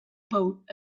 boat